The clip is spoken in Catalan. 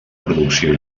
producció